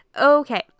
Okay